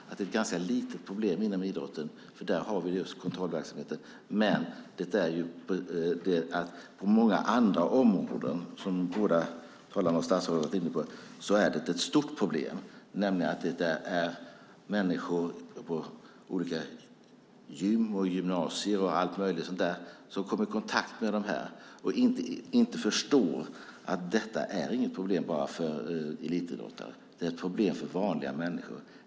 Det är ett ganska litet problem inom idrotten, och där har vi kontrollverksamhet, men på många andra områden är det ett stort problem. Det är människor på olika gym, gymnasier och allt möjligt som kommer i kontakt med dessa preparat och inte förstår att detta inte är ett problem bara för elitidrottare utan för vanliga människor.